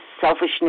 selfishness